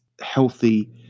healthy